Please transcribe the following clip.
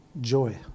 joy